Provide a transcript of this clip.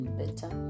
better